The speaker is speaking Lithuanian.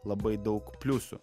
labai daug pliusų